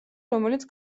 რომელიც